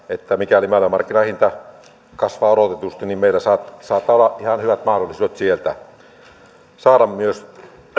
että mikäli maailmanmarkkinahinta kasvaa odotetusti niin meillä saattaa olla ihan hyvät mahdollisuudet sieltä saada myös